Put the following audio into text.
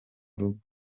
rugo